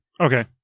Okay